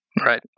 Right